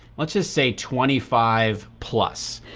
let's just say, twenty five plus.